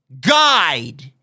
guide